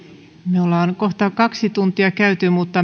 me olemme kohta kaksi tuntia käyneet debattia mutta